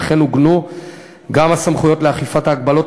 וכן עוגנו גם הסמכויות לאכיפת ההגבלות,